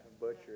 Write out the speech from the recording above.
butcher